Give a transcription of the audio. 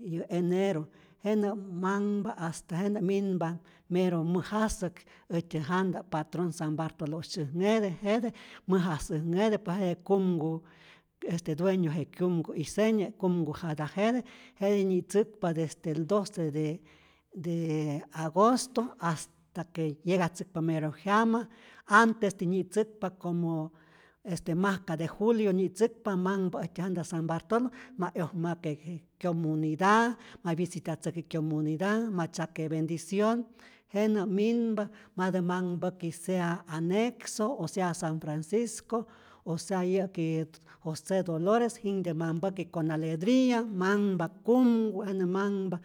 y enero jenä manhpa hasta jenä' minpa mero mäja säk, äjtyä janta patron san bartolo' syäjnhete, jete mäja sä'nhete, por jete kumku este dueño je kyumku' isenye' kumku jata jete, jetij nyitzäkpa desde el doce de de agosto, hasta que llegatzäkpa mero jyama, antes nyi'tzäkpa como este majka de julio nyi'tzäkpa, manhpa äjtyä janta san bartolo ma 'yojmake kyomunida', ma vyisitatzäki kyomunida, ma tzyake bendicion, jenä minpa matä manhpäki sea anexo, o sea san francisco o sea yä'ki jose dolores, jinhtyä ma mpäki con alegria, manhpa kumku jenä manhpa